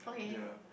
ya